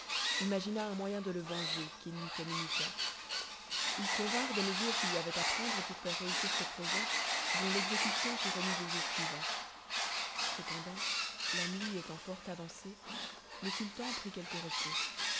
imagina un moyen de le venger qu'il lui communiqua ils convinrent des mesures qu'il y avait à prendre pour faire réussir ce projet dont l'exécution fut remise au jour suivant cependant la nuit étant fort avancée le sultan prit quelque repos